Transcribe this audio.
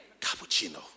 cappuccino